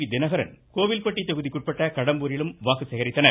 we Dhinakaran Kovilpatti தொகுதிக்குட்பட்ட கடம்பூரிலும் வாக்கு சேகரித்தனர்